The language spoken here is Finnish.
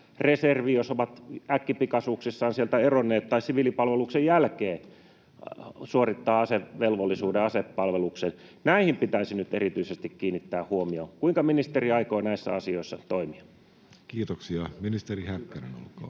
reserviin, jos ovat äkkipikaisuuksissaan sieltä eronneet, tai siviilipalveluksen jälkeen suorittaa asepalveluksen. Näihin pitäisi nyt erityisesti kiinnittää huomiota. Kuinka ministeri aikoo näissä asioissa toimia? Kiitoksia. — Ministeri Häkkänen, olkaa